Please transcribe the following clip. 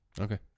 okay